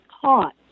caught